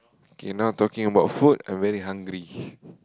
okay now talking about food I very hungry